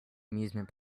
amusement